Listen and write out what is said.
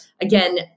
again